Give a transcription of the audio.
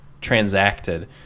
transacted